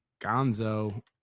gonzo